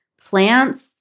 plants